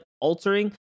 altering